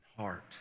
heart